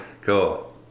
cool